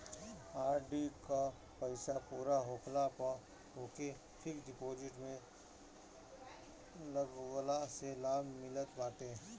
RD कअ पईसा पूरा होखला पअ ओके फिक्स डिपोजिट में लगवला से लाभ मिलत बाटे